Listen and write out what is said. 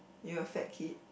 you were a fat kid